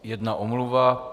Jedna omluva.